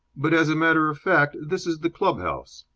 but, as a matter of fact, this is the club-house.